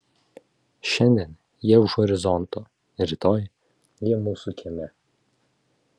šiandien jie už horizonto rytoj jie mūsų kieme